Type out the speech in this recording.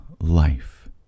life